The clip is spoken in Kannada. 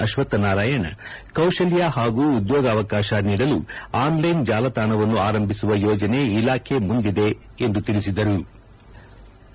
ಅಶ್ವತ್ಥ್ ನಾರಾಯಣ್ ಕೌಶಲ್ಯ ಹಾಗೂ ಉದ್ಯೋಗಾವಕಾಶ ನೀಡಲು ಆನ್ಲೈನ್ ಜಾಲತಾಣವನ್ನು ಆರಂಭಿಸುವ ಯೋಜನೆ ಇಲಾಖೆ ಮುಂದಿದೆ ಎಂದು ತಿಳಸಿದೆರು